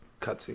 Cutscene